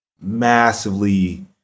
massively